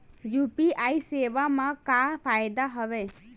UPI सेवा मा का फ़ायदा हवे?